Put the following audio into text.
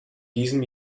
diesem